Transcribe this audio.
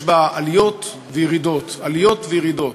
יש בה עליות וירידות, עליות וירידות.